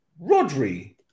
Rodri